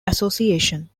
association